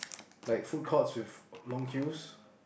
like food courts with long queues